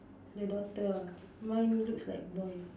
the daughter ah mine looks like boy